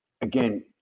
again